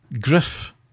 Griff